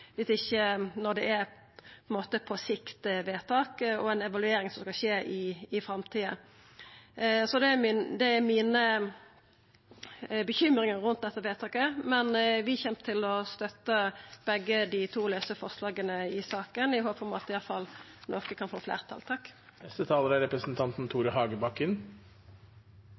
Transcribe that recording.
det ikkje er «på sikt»-vedtak og ei evaluering som skal skje i framtida. Det er bekymringane mine rundt dette vedtaket. Men vi kjem til å støtta begge dei to lause forslaga i saka, i håp om at i alle fall noko kan få fleirtal.